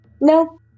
No